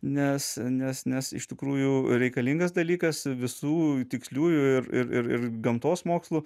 nes nes nes iš tikrųjų reikalingas dalykas visų tiksliųjų ir ir ir ir gamtos mokslų